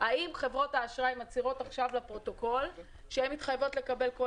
האם חברות האשראי מצהירות עכשיו לפרוטוקול שהן מתחייבות לקבל כל